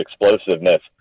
explosiveness